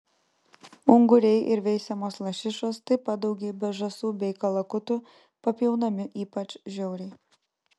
unguriai ir veisiamos lašišos taip pat daugybė žąsų bei kalakutų papjaunami ypač žiauriai